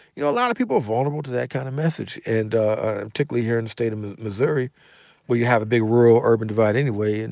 you know a lot of people are vulnerable to that kind of message, and ah particularly here in the state of missouri where you have a big rural-urban divide anyway,